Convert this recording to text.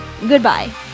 Goodbye